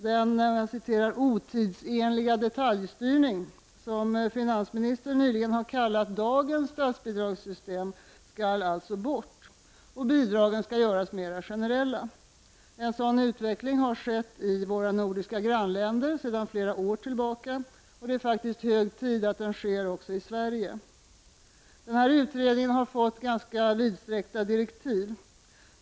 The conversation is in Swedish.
Den otidsenliga detaljstyrning som finansministern nyligen kallat dagens statsbidragssystem skall bort. Bidragen skall göras mer generella. En sådan utveckling har skett i våra nordiska grannländer för flera år sedan, och det är hög tid att det sker även i Sverige. Utredningen har fått ganska vidsträckta direktiv.